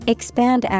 Expand